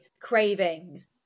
cravings